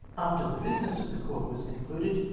after the business of the court was conchided,